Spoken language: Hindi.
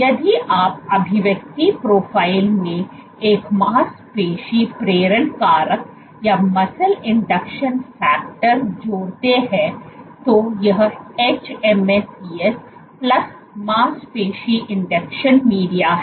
यदि आप अभिव्यक्ति प्रोफ़ाइल में एक मांसपेशी प्रेरण कारक जोड़ते हैं तो यह hMSCs प्लस मांसपेशी इंडक्शन मीडिया है